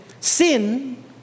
sin